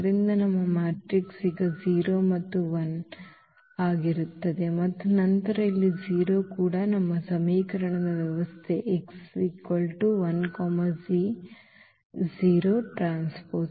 ಆದ್ದರಿಂದ ನಮ್ಮ ಮ್ಯಾಟ್ರಿಕ್ಸ್ ಈಗ 0 ಮತ್ತು 1 ಮತ್ತು 0 ಆಗಿರುತ್ತದೆ ಮತ್ತು ನಂತರ ಇಲ್ಲಿ 0 ಕೂಡ ನಮ್ಮ ಸಮೀಕರಣದ ವ್ಯವಸ್ಥೆ x 1 0T